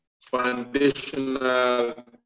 foundational